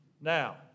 Now